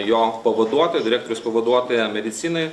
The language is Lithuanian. jo pavaduotoja direktoriaus pavaduotoja medicinai